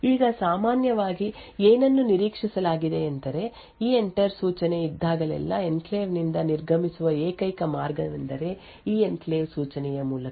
ಈಗ ಸಾಮಾನ್ಯವಾಗಿ ಏನನ್ನು ನಿರೀಕ್ಷಿಸಲಾಗಿದೆ ಎಂದರೆ ಎಂಟರ್ ಸೂಚನೆ ಇದ್ದಾಗಲೆಲ್ಲಾ ಎನ್ಕ್ಲೇವ್ ನಿಂದ ನಿರ್ಗಮಿಸುವ ಏಕೈಕ ಮಾರ್ಗವೆಂದರೆ ಈ ಎನ್ಕ್ಲೇವ್ ಸೂಚನೆಯ ಮೂಲಕ